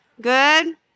Good